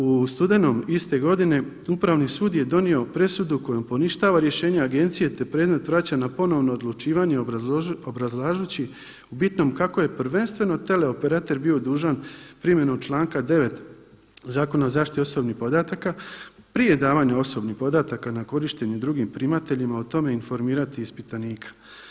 U studenom iste godine Upravni sud je donio presudu kojom poništava rješenje agencije, te predmet vraća na ponovno odlučivanje obrazlažući u bitnom kako je prvenstveno teleoperater bio dužan primjenom članka 9. Zakona o zaštiti osobnih podataka prije davanja osobnih podataka na korištenje drugim primateljima o tome informirati ispitanika.